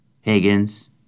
Higgins